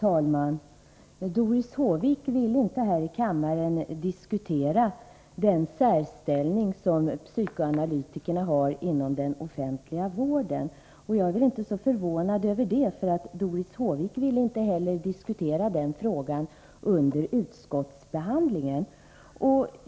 Herr talman! Doris Håvik vill inte här i kammaren diskutera den särställning som psykoanalytikerna har inom den offentliga vården. Jag blir inte förvånad över det, för Doris Håvik ville inte heller diskutera den frågan under utskottsbehandlingen.